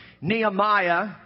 Nehemiah